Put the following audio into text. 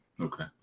Okay